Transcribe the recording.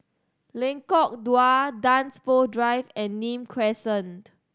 Lengkok Dua Dunsfold Drive and Nim Crescent